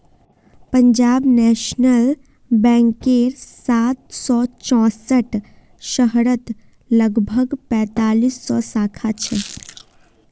Punjab national बैंकेर सात सौ चौसठ शहरत लगभग पैंतालीस सौ शाखा छेक